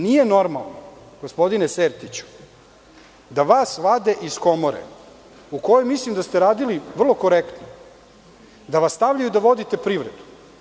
Nije normalno, gospodine Sertiću, da vas vade iz komore u kojoj mislim da ste radili vrlo korektno, da vas stavljaju da vodite privredu.